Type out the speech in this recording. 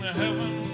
heaven